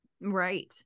Right